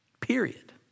period